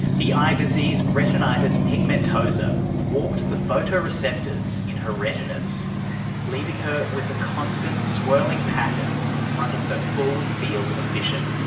the eye disease retinitis pigmentosa warped the photoreceptors in her retinas, leaving her with a constant swirling pattern in front of her full field of vision.